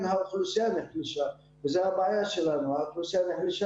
כמובן בהנחה שהוא מילא את זה כמו שצריך אז אין בעיה במקרה הזה.